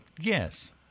Yes